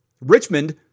Richmond